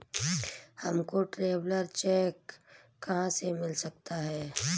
हमको traveller cheque कहाँ से मिल सकता है?